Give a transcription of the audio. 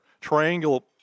Triangle